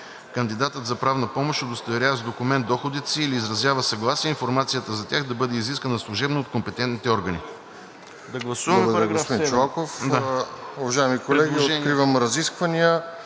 Кандидатът за правна помощ удостоверява с документ доходите си или изразява съгласие информацията за тях да бъде изискана служебно от компетентните органи.“